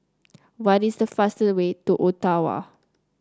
what is the fastest way to Ottawa